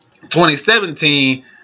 2017